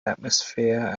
atmosphere